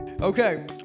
Okay